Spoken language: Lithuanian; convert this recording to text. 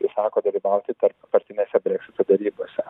atsisako dalyvauti tarp partinėse breksito derybose